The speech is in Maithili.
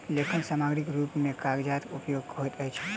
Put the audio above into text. लेखन सामग्रीक रूप मे कागजक उपयोग होइत अछि